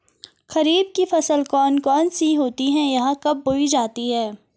खरीफ की फसल कौन कौन सी होती हैं यह कब बोई जाती हैं?